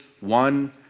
one